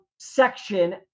Section